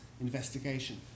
investigation